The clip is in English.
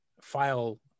file